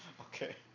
okay